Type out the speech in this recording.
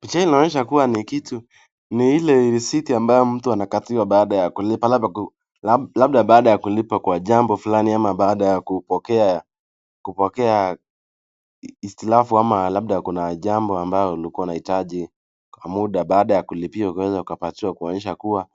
Picha hii inaonyesha kuwa ni kitu. Ni ile risiti ambayo mtu anakatiwa baada ya kulipa labda baada ya kulipa kwa jambo fulani ama baada ya kupokea hitilafu ama labda kuna jambo ambayo ulikuwa unahitaji kwa muda baada ya kulipia ukaweza ukapatiwa kuonyesha kuwa